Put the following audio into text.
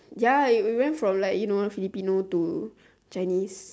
ya we we went from like you know filipino to chinese